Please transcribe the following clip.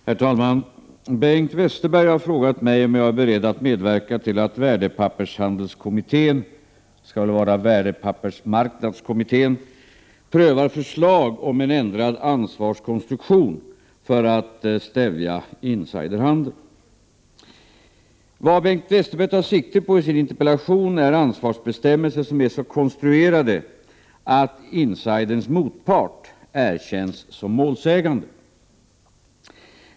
Herr talman! Bengt Westerberg har frågat mig om jag är beredd att medverka till att värdepappersmarknadskommittén prövar förslag om en ändrad ansvarskonstruktion för att stävja insiderhandel. Vad Bengt Westerberg tar sikte på i sin interpellation är ansvarsbestämmelser som är konstruerade så att insiderns motpart erkänns som målsägande.